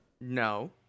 No